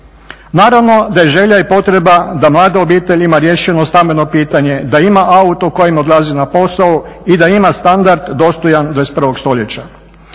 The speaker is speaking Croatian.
Naravno da je želja i potreba da mlada obitelj ima riješeno stambeno pitanje, da ima auto kojim odlazi na posao i da ima standard dostojan 21. stoljeća.